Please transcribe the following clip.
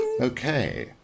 okay